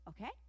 okay